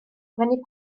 brynu